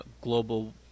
global